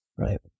Right